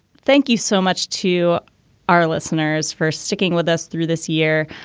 thank you so much to our listeners for sticking with us through this year.